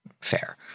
fair